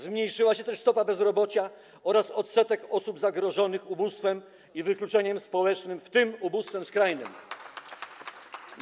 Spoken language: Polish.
Zmniejszyły się też stopa bezrobocia oraz odsetek osób zagrożonych ubóstwem i wykluczeniem społecznym, w tym skrajnym ubóstwem.